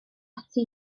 ati